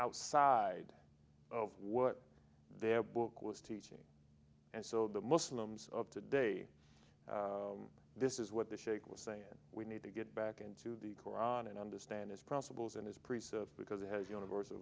outside of what their book was teaching and so the muslims of today this is what the shaikh was saying we need to get back into the koran and understand his principles and his preserve because he has universal